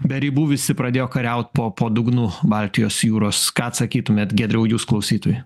be ribų visi pradėjo kariaut po po dugnu baltijos jūros ką atsakytumėt giedriau jūs klausytojui